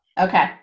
Okay